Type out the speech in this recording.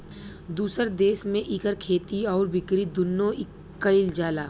दुसर देस में इकर खेती आउर बिकरी दुन्नो कइल जाला